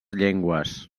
llengües